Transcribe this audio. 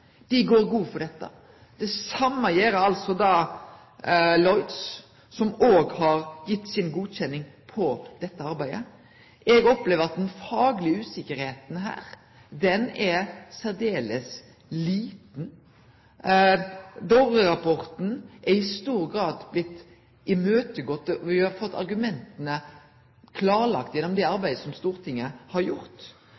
Dei går god for dette. Det same gjer da Lloyd's, som òg har gitt si godkjenning til dette arbeidet. Eg opplever at den faglege uvissa her er særdeles lita. Dovre-rapporten er i stor grad blitt imøtegått, og vi har fått argumenta klarlagde gjennom det